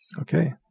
okay